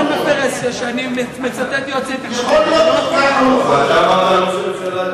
אתה תבחר לו את הנאום שלו?